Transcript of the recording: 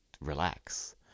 relax